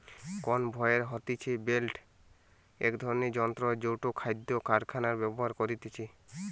conveyor হতিছে belt এক ধরণের যন্ত্র জেটো খাদ্য কারখানায় ব্যবহার করতিছে